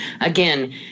Again